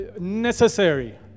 necessary